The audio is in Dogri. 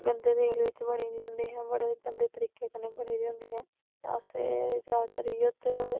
गंदे तेल बिच्च बनी दी होंदी बड़े गंदे तरीके कन्नै बनी दी होंदियां असें ज्यादातर इयो ते